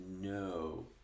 no